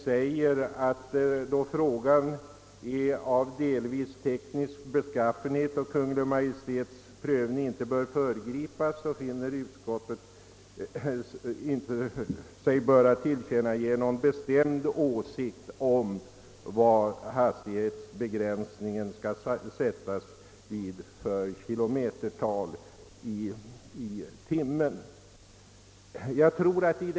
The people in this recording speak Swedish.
Det heter i detta: »Då frågan emellertid är av delvis teknisk beskaffenhet och Kungl. Maj:ts prövning inte bör föregripas finner sig utskottet inte böra tillkännage någon bestämd åsikt därom» — d. v. s. om vilket kilometertal hastigheten skall begränsas till.